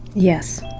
yes.